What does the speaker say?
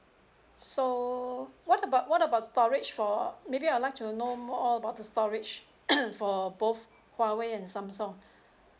so what about what about storage for maybe I'll like to know more about the storage for both Huawei and Samsung